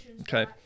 Okay